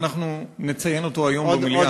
שאנחנו נציין אותו היום במליאה,